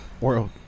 world